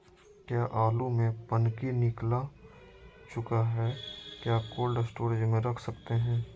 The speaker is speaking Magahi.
क्या आलु में पनकी निकला चुका हा क्या कोल्ड स्टोरेज में रख सकते हैं?